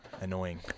Annoying